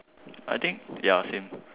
I think ya same